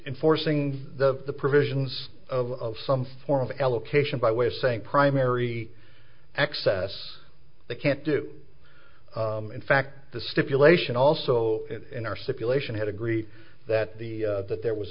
enforcing the of the provisions of some form of allocation by way of saying primary access they can't do in fact the stipulation also in our situation had agreed that the that there was